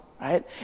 right